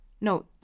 no